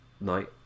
night